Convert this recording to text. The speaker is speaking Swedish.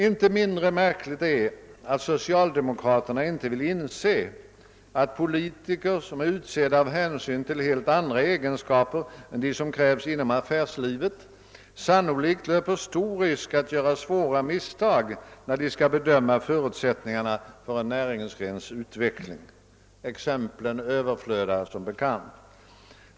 Inte mindre märkligt är att socialdemokraterna inte vill inse att politiker, som är utsedda på grundval av helt andra egenskaper än dem som krävs inom affärslivet, sannolikt löper stor risk att göra svåra misstag, när de skall bedöma förutsättningarna för en näringsgrens utveckling. Exemplen överflödar som bekant.